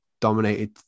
dominated